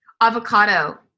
Avocado